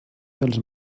dels